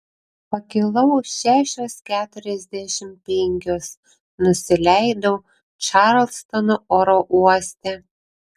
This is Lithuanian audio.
pakilau šešios keturiasdešimt penkios nusileidau čarlstono oro uoste